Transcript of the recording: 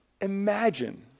imagine